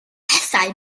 pethau